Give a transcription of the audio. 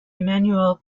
emanuel